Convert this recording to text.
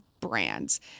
brands